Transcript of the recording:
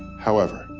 however,